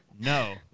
no